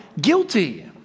guilty